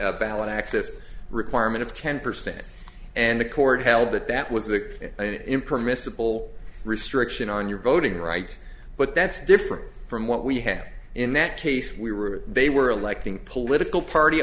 petition ballot access requirement of ten percent and the court held that that was an impermissible restriction on your voting rights but that's different from what we had in that case we were they were electing political party